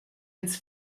his